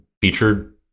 featured